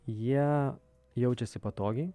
jie jaučiasi patogiai